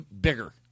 bigger